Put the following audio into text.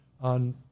on